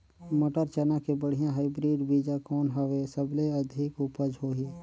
मटर, चना के बढ़िया हाईब्रिड बीजा कौन हवय? सबले अधिक उपज होही?